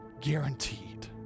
Guaranteed